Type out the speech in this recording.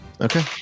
Okay